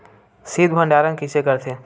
शीत भंडारण कइसे करथे?